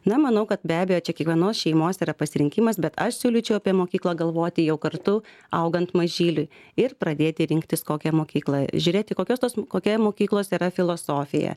na manau kad be abejo čia kiekvienos šeimos yra pasirinkimas bet aš siūlyčiau apie mokyklą galvoti jau kartu augant mažyliui ir pradėti rinktis kokią mokyklą žiūrėti kokios tos kokioje mokyklos yra filosofija